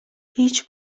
هیچ